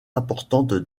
importantes